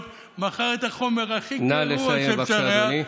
מכלוף מיקי זוהר וקבוצת חברי הכנסת,